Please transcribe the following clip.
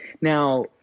now